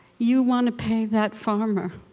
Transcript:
you want to pay that farmer.